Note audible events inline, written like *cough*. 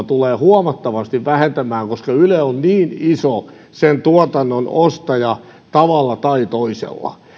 *unintelligible* tulee huomattavasti vähentämään nimenomaan kotimaista tuotantoa koska yle on niin iso sen tuotannon ostaja tavalla tai toisella